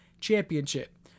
Championship